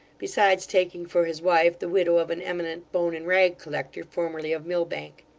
besides taking for his wife the widow of an eminent bone and rag collector, formerly of millbank.